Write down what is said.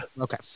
Okay